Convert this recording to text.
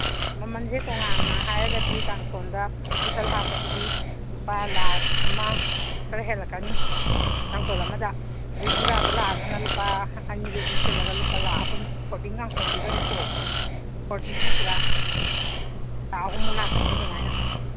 ꯃꯃꯟꯁꯦ ꯇꯣꯉꯥꯟꯅ ꯍꯥꯏꯔꯒꯗꯤ ꯀꯥꯡꯊꯣꯟꯗ ꯀꯨꯁꯟ ꯍꯥꯞꯄꯗꯨꯗꯤ ꯂꯨꯄꯥ ꯂꯥꯈ ꯑꯃ ꯈꯔ ꯍꯦꯜꯂꯛꯀꯅꯤ ꯀꯥꯡꯊꯣꯟ ꯑꯃꯗ ꯑꯗꯒꯤ ꯖꯨꯔꯥꯗ ꯂꯥꯛꯑꯒꯅ ꯂꯨꯄꯥ ꯑꯅꯤꯗꯨ ꯄꯨꯟꯁꯤꯜꯂꯒ ꯂꯨꯄꯥ ꯂꯥꯈ ꯑꯍꯨꯝ ꯐꯣꯜꯗꯤꯡ ꯀꯥꯡꯊꯣꯟꯗꯨꯗꯅꯤꯀꯣ ꯐꯣꯜꯗꯤꯡꯅꯤ ꯄꯨꯔꯥ ꯂꯥꯈ ꯑꯍꯨꯝꯃꯨꯛ ꯂꯥꯛꯀꯅꯤ ꯑꯗꯨꯃꯥꯏꯅ